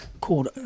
called